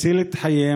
הציל את חייהם,